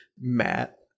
Matt